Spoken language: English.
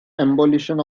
abolition